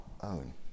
own